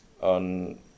on